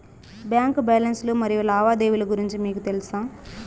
Bank balance లు మరియు లావాదేవీలు గురించి మీకు తెల్సా?